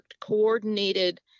coordinated